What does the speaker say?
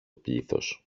πλήθος